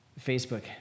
Facebook